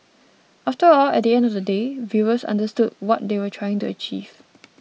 after all at the end of the day viewers understood what they were trying to achieve